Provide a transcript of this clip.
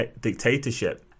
dictatorship